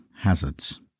hazards